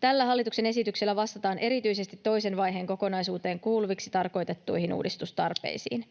Tällä hallituksen esityksellä vastataan erityisesti toisen vaiheen kokonaisuuteen kuuluviksi tarkoitettuihin uudistustarpeisiin.